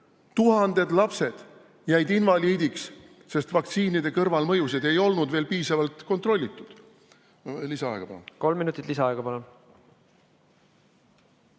tuhanded lapsed invaliidiks, sest vaktsiinide kõrvalmõjusid ei olnud veel piisavalt kontrollitud. Palun ka lisaaega.